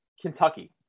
Kentucky